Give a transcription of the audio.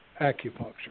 acupuncture